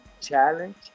challenge